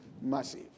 massive